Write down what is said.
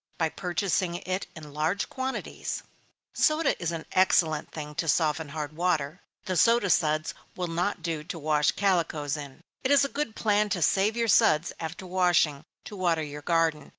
by purchasing it in large quantities soda is an excellent thing to soften hard water. the soda suds will not do to wash calicoes in. it is a good plan to save your suds, after washing, to water your garden,